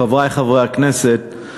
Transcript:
חברי חברי הכנסת,